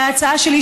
וההצעה שלי,